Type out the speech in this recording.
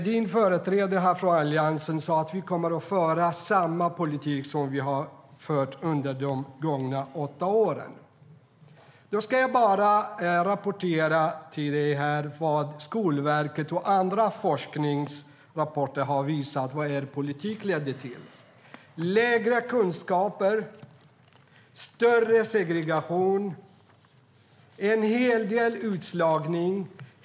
Hans företrädare från Alliansen sa att de kommer att föra samma politik som förts under de gångna åtta åren. Då ska jag rapportera vad Skolverket och andras forskningsrapporter har visat att er politik ledde till. Den ledde till lägre kunskaper, större segregation och en hel del utslagning.